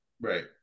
right